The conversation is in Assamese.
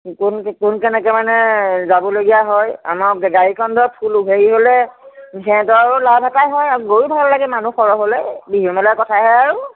কোন কোন কেনেকৈ মানে যাবলগীয়া হয় আমাৰো গাড়ীখন ধৰ ফুল হেৰি হ'লে সিহঁতৰ লাভ এটাই হয় আৰু গৈও ভাল লাগে মানুহ সৰহ হ'লে বিহু মেলাৰ কথাহে আৰু